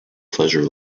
pleasure